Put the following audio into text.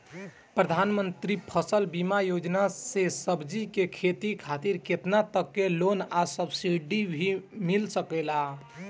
प्रधानमंत्री फसल बीमा योजना से सब्जी के खेती खातिर केतना तक के लोन आ सब्सिडी मिल सकेला?